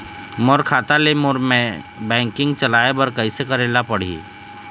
मोर खाता ले मोर बैंकिंग चलाए बर कइसे करेला पढ़ही?